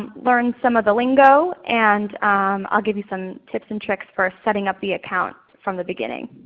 learn some of the lingo, and i'll give you some tips and tricks for setting up the account from the beginning.